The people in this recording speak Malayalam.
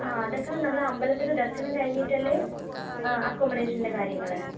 ആ അതൊക്കെ നമ്മൾ അമ്പലത്തിൻറെ ദർശനം കഴിഞ്ഞിട്ടല്ലേ അക്കൊമൊഡേഷൻറെ കാര്യങ്ങൾ